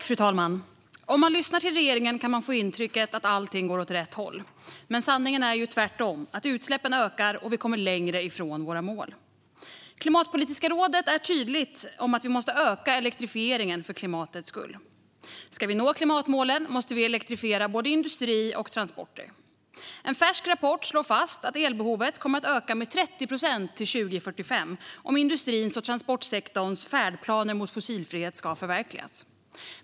Fru talman! Om man lyssnar på regeringen kan man få intrycket att allt går åt rätt håll, men sanningen är tvärtom. Utsläppen ökar, och vi kommer längre från våra mål. Klimatpolitiska rådet är tydligt med att elektrifieringen måste öka för klimatets skull. Om vi ska nå klimatmålen måste vi elektrifiera både industri och transporter. En färsk rapport slår fast att elbehovet kommer att öka med 30 procent till 2045 om industrins och transportsektorns färdplaner mot fossilfrihet ska förverkligas.